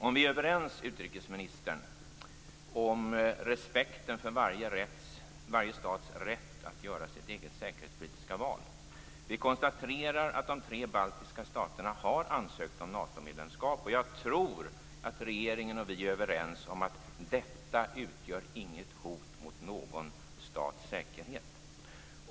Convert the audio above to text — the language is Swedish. Om vi är överens, utrikesministern, om respekten för varje stats rätt att göra sitt eget säkerhetspolitiska val och konstaterar att de tre baltiska staterna har ansökt om Natomedlemskap, tror jag att regeringen är överens med oss om att detta inte utgör något hot mot någon stats säkerhet.